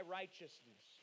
righteousness